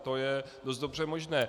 To je dost dobře možné.